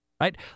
right